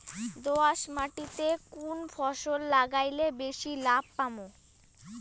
দোয়াস মাটিতে কুন ফসল লাগাইলে বেশি লাভ পামু?